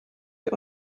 der